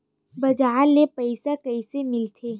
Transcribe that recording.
बजार ले पईसा कइसे मिलथे?